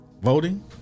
voting